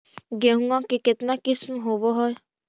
गेहूमा के कितना किसम होबै है?